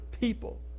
people